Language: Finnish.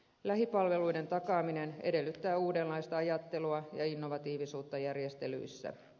lähipalveluiden takaaminen edellyttää uudenlaista ajattelua ja innovatiivisuutta järjestelyissä